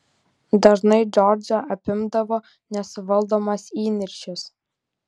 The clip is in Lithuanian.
dažnai džordžą apimdavo nesuvaldomas įniršis